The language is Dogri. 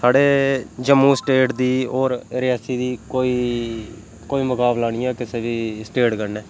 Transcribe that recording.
साढ़े जम्मू स्टेट दी होर रियासी दी कोई कोई मुक़ाबला नी ऐ किसे बी स्टेट कन्नै